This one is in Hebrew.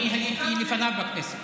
אני הייתי לפניו בכנסת.